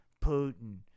Putin